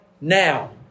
now